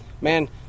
man